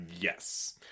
Yes